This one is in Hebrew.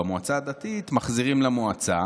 במועצה הדתית מחזירים למועצה.